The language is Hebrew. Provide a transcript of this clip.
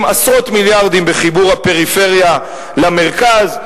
עשרות מיליארדים בחיבור הפריפריה למרכז,